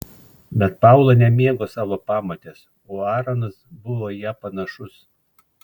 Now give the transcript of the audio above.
bet paula nemėgo savo pamotės o aaronas buvo į ją panašus